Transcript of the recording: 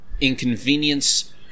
inconvenience